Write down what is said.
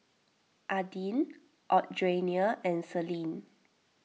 Adin Audrianna and Celine